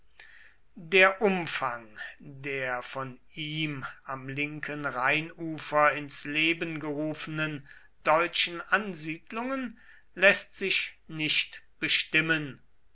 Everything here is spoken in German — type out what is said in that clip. der umfang der von ihm am linken rheinufer ins leben gerufenen deutschen ansiedlungen läßt sich nicht bestimmen